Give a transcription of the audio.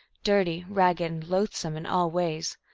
dirty, ragged, and loathsome in all ways.